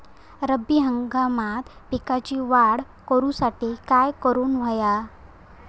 रब्बी हंगामात पिकांची वाढ करूसाठी काय करून हव्या?